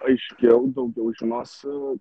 aiškiau daugiau žinosiu